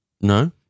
No